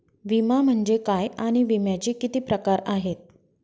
विमा म्हणजे काय आणि विम्याचे किती प्रकार आहेत?